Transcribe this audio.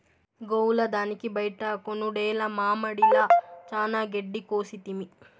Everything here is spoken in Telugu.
గోవుల దానికి బైట కొనుడేల మామడిల చానా గెడ్డి కోసితిమి